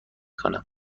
کنم